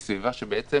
היא סביבה שבעצם